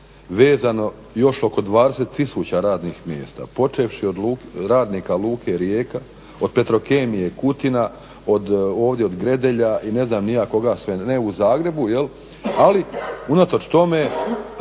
vezano još oko 20 000 radnih mjesta, počevši od radnika Luke Rijeka, od Petrokemije Kutina, ovdje od Gredelja i ne znam ni ja koga sve ne, u Zagrebu jel, ali unatoč tome